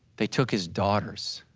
they took his daughters.